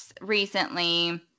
recently